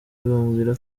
bamubwira